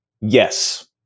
Yes